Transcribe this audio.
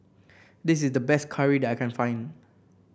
this is the best curried I can find